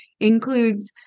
includes